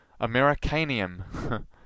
Americanium